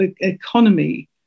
economy